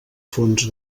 fons